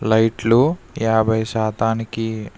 లైట్లు యాభై శాతానికి